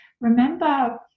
remember